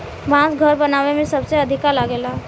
बांस घर बनावे में सबसे अधिका लागेला